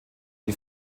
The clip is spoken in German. die